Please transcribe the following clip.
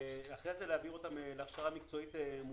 להעביר אותם הכשרה מקצועית מותאמת.